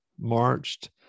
marched